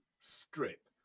strip